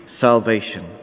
salvation